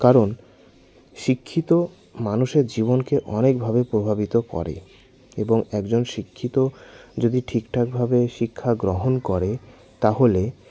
কারণ শিক্ষিত মানুষের জীবনকে অনেকভাবে প্রভাবিত করে এবং একজন শিক্ষিত যদি ঠিকঠাকভাবে শিক্ষা গ্রহণ করে তাহলে